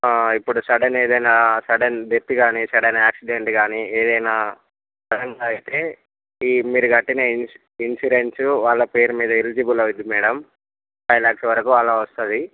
ఇప్పుడు సడన్ ఏదైనా sudden death కానీ సడెన్ ఆక్సిడెంట్ కానీ ఏదైనా సడెన్గా అయితే ఈ మీరు కట్టిన ఇన్స్ ఇన్సూరెన్స్ వాళ్ళ పేరు మీద ఎలిజిబుల్ అవుతుంది మేడం ఫైవ్ లాక్స్ వరకూ అలా వస్తుంది